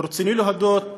רצוני להודות